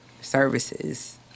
services